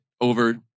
over